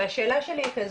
והשאלה שלי היא כזו,